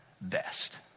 best